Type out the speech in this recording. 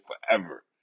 forever